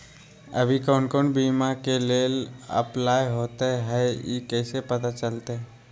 अभी कौन कौन बीमा के लेल अपलाइ होईत हई ई कईसे पता चलतई?